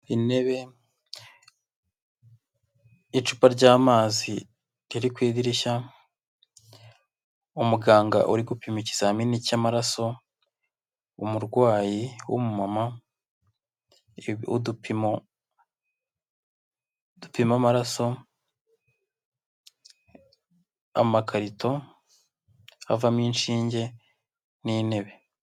Intebe n'icupa ry'amazi riri ku idirishya, umuganga uri gupima ikizamini cy'amararaso, umurwayi w'umumama, udupima dupima amaraso, amakarito avamo inshinge n'intebe.